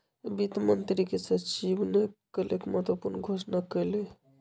वित्त मंत्री के सचिव ने कल एक महत्वपूर्ण घोषणा कइलय